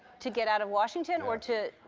to get out of washington or to,